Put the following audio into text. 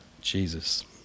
Jesus